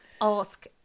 ask